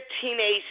teenage